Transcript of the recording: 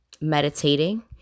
meditating